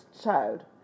child